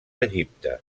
egipte